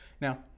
Now